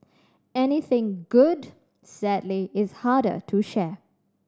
anything good sadly is harder to share